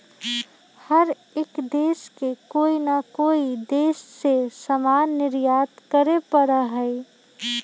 हर एक देश के कोई ना कोई देश से सामान निर्यात करे पड़ा हई